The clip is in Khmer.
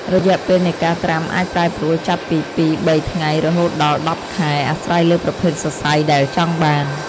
រយៈពេលនៃការត្រាំអាចប្រែប្រួលចាប់ពីពីរបីថ្ងៃរហូតដល់ ១០ ខែ អាស្រ័យលើប្រភេទសរសៃដែលចង់បាន។